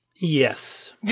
Yes